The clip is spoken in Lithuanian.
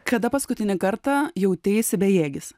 kada paskutinį kartą jauteisi bejėgis